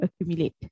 accumulate